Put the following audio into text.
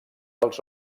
els